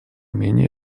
менее